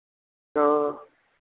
तो